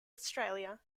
australia